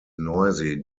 noisy